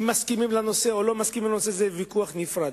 אם מסכימים לנושא או לא מסכימים לנושא זה ויכוח נפרד.